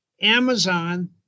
Amazon